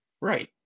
right